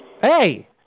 Hey